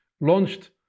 launched